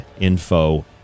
info